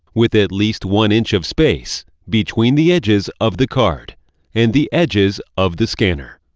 with at least one inch of space between the edges of the card and the edges of the scanner.